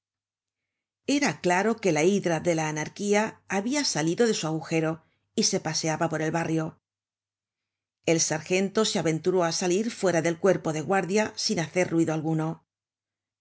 era claro que la hidra de la anarquía habia salido de su agujero y se paseaba por el barrio el sargento se aventuró á salir fuera del cuerpo de guardia sin hacer ruido alguno